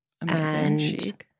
Amazing